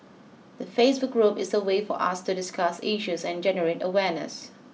the Facebook group is a way for us to discuss issues and generate awareness